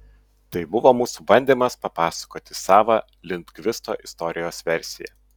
tai buvo mūsų bandymas papasakoti savą lindgvisto istorijos versiją